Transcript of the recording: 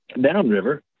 downriver